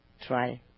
try